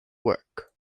work